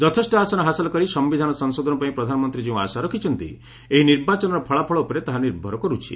ଯଥେଷ୍ଟ ଆସନ ହାସଲ କରି ସନ୍ଧିଧାନ ସଂଶୋଧନ ପାଇଁ ପ୍ରଧାନମନ୍ତ୍ରୀ ଯେଉଁ ଆଶା ରଖିଛନ୍ତି ଏହି ନିର୍ବାଚନର ଫଳାଫଳ ଉପରେ ତାହା ନିର୍ଭର କରୁଛି